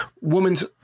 woman's